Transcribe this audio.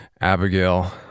Abigail